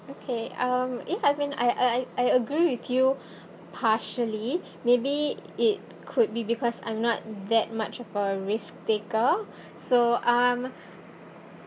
okay um a I've been I I I I agree with you partially maybe it could be because I'm not that much of a risk taker so um